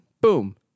Boom